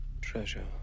treasure